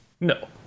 no